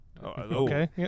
Okay